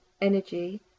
energy